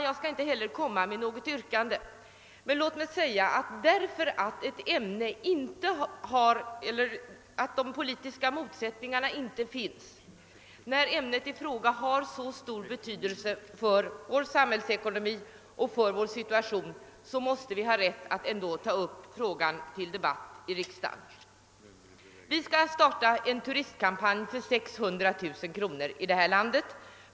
Jag skall inte heller framställa något särskilt yrkande, herr talman, men låt mig säga, att även om politiska motsättningar inte föreligger måste vi, när ämnet i fråga har så stor betydelse för vår samhällsekonomi, ha rätt att ändå ta upp det till debatt i riksdagen. Vi skall i detta land starta en turistkampanj för 600 000 kr.